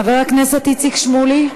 חבר הכנסת איציק שמולי,